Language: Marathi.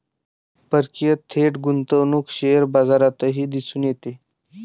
परकीय थेट गुंतवणूक शेअर बाजारातही दिसून येते